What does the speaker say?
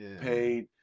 paid